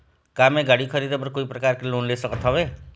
का मैं गाड़ी खरीदे बर कोई प्रकार के लोन ले सकत हावे?